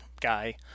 guy